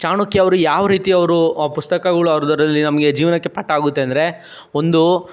ಚಾಣಕ್ಯ ಅವರು ಯಾವ ರೀತಿ ಅವರು ಪುಸ್ತಕಗಳು ಅವರದ್ರಲ್ಲಿ ನಮಗೆ ಜೀವನಕ್ಕೆ ಪಾಠ ಆಗುತ್ತೆ ಅಂದರೆ ಒಂದು